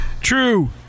True